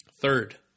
Third